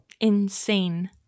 Insane